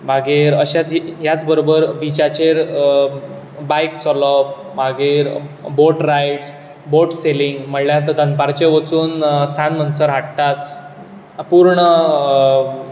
मागीर अशेंच ह्याच बरोबर बीचाचेर बायक चलोवप मागीर बॉट रायड्स बॉट सेलींग म्हळ्यार दनपारचे वचून सांज म्हणसर हाडटात पूर्ण